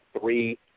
three